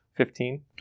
Fifteen